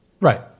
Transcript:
Right